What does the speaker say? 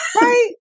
Right